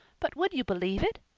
but would you believe it?